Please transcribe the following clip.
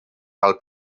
val